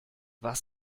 was